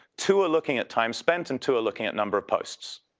two are looking at time spent and two are looking at number of posts.